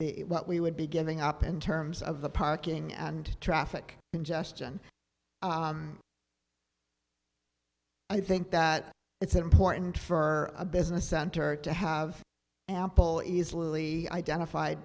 the what we would be giving up in terms of the parking and traffic congestion i think that it's important for a business center to have ample easily identified